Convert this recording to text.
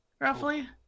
roughly